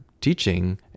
teaching